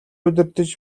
удирдаж